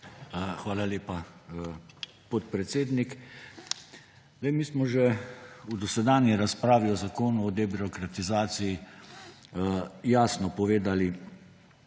Hvala lepa, podpredsednik. Mi smo že v dosedanji razpravi o zakonu o debirokratizaciji jasno povedali,